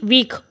Week